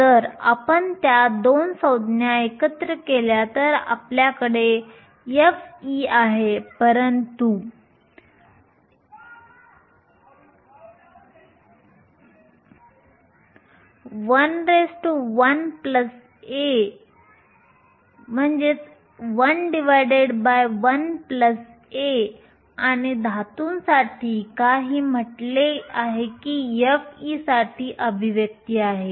जर आपण त्या 2 संज्ञा एकत्र ठेवल्या तर आपल्याकडे f आहे परंतु 11A आणि धातूसाठी आपण म्हटले आहे की f साठी अभिव्यक्ती आहे